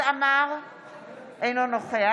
אינו נוכח